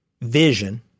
vision